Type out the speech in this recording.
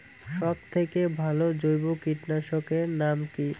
সব থেকে ভালো জৈব কীটনাশক এর নাম কি?